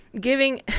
giving